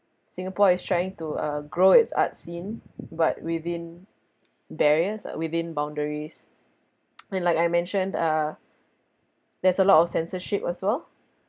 singapore is trying to uh grow its arts scene but within barriers uh within boundaries and like I mentioned uh there's a lot of censorship as well